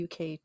UK